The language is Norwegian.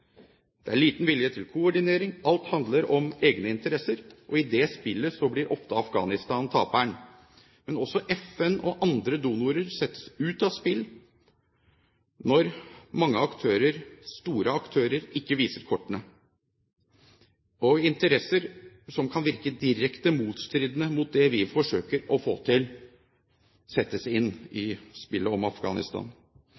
Det er liten vilje til koordinering. Alt handler om egne interesser, og i det spillet blir Afghanistan ofte taperen. Men også FN og andre donatorer settes ut av spill når mange store aktører ikke viser kortene. Interesser som kan virke direkte i motstrid til det vi forsøker å få til, settes inn